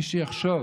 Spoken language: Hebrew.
מי שיחשוב.